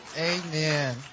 Amen